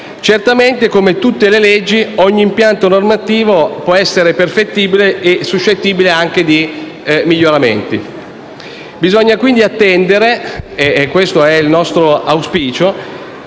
Certamente, come tutte le leggi, ogni impianto normativo può essere perfettibile e suscettibile di miglioramenti. Bisogna quindi attendere - questo è il nostro auspicio